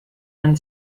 man